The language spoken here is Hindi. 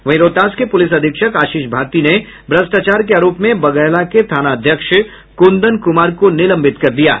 वहीं रोहतास के पुलिस अधीक्षक आशीष भारती ने भ्रष्टाचार के आरोप में बघैला के थानाध्यक्ष कुंदन कुमार को निलंबित कर दिया है